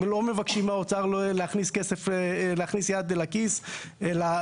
לא מבקשים מהאוצר להכניס יד לכיס אלא